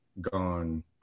gone